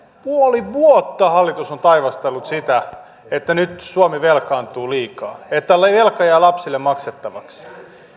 puoli vuotta hallitus on taivastellut sitä että nyt suomi velkaantuu liikaa että velka jää lapsille maksettavaksi